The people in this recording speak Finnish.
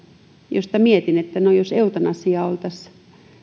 joista mietin että no jos eutanasia oltaisiin